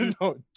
No